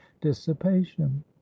dissipation